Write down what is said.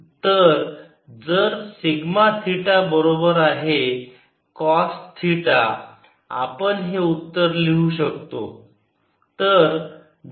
तर जर sigma theta बरोबर आहे का कॉस थिटा आपण हे उत्तर लिहू शकतो